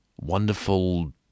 wonderful